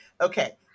Okay